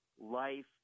life